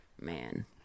Man